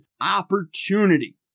Opportunity